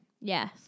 Yes